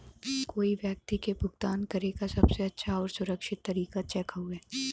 कोई व्यक्ति के भुगतान करे क सबसे अच्छा आउर सुरक्षित तरीका चेक हउवे